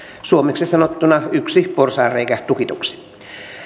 suomeksi sanottuna yksi porsaanreikä tukituksi